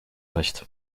nicht